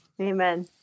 Amen